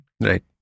Right